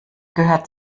gehört